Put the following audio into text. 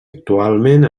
actualment